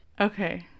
Okay